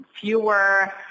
fewer